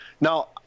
Now